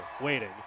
waiting